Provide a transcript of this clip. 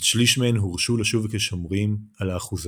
עד שליש מהן הורשו לשוב כ"שומרים" על האחוזות.